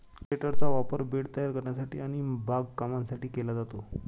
रोटेटरचा वापर बेड तयार करण्यासाठी आणि बागकामासाठी केला जातो